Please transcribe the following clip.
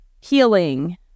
healing